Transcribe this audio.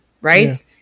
right